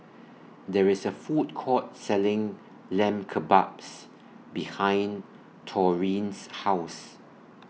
There IS A Food Court Selling Lamb Kebabs behind Taurean's House